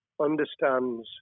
understands